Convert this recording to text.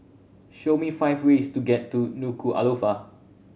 show me five ways to get to Nuku'alofa